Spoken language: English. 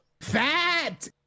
fat